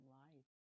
life